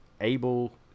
able